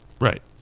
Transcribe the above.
Right